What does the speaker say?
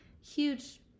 huge